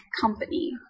company